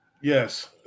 yes